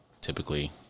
typically